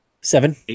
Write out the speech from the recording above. seven